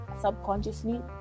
subconsciously